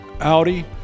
Audi